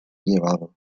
llevado